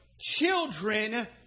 Children